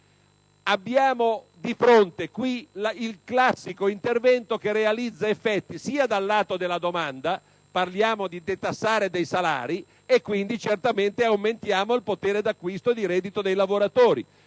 Abbiamo di fronte in questo caso il classico intervento che realizza effetti sia dal lato della domanda, perché parliamo di detassare i salari, e quindi certamente aumentiamo il potere d'acquisto del reddito dei lavoratori